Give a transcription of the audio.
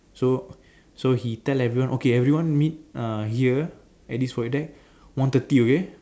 so so he tell everyone okay everyone meet uh here at this void deck one thirty okay